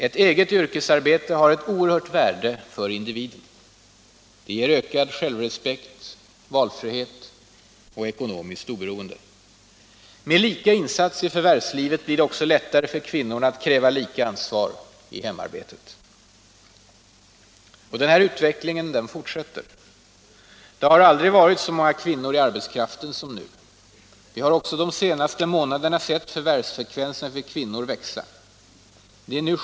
Ett eget yrkesarbete har ett oerhört värde för individen. Det ger ökad självrespekt, valfrihet och ekonomiskt oberoende. Med lika insats i förvärvslivet blir det också lättare för kvinnorna att kräva lika ansvar för hemarbetet. Och den här utvecklingen fortsätter. Det har aldrig varit så många kvinnor i arbetslivet som nu. Vi har också de senaste månaderna sett förvärvsfrekvensen för kvinnor växa.